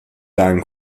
deinem